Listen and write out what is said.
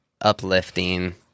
uplifting